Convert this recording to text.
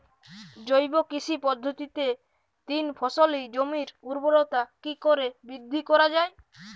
জৈব কৃষি পদ্ধতিতে তিন ফসলী জমির ঊর্বরতা কি করে বৃদ্ধি করা য়ায়?